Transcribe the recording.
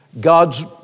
God's